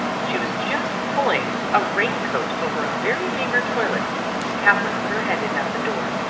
she was just pulling a rain-coat over a very meagre toilet when katherine put her head in at the door.